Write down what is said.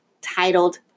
titled